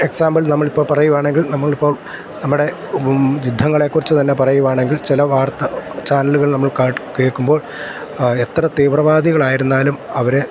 example നമ്മൾ ഇപ്പോൾ പറയുകയാണെങ്കിൽ നമ്മൾ ഇപ്പോൾ നമ്മടെ യുദ്ധങ്ങളെ കുറിച്ച് തന്നെ പറയുകയാണെങ്കിൽ ചില വാർത്ത ചാനലുകൾ നമ്മൾ കേൾക്കുമ്പോൾ എത്ര തീവ്രവാദികൾ ആയിരുന്നാലും അവർ